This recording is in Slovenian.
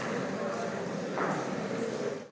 Hvala